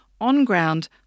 on-ground